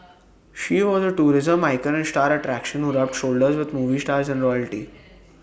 she was A tourism icon and star attraction who rubbed shoulders with movie stars and royalty